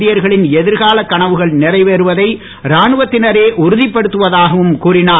இந்தியர்களின் எதிர்கால கனவுகள் நிறைவேறுவதை ராணுவத்தினரே உறுதிப்படுத்துவதாகவும் கூறினார்